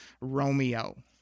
Romeo